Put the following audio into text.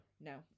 no